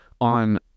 on